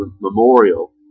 memorial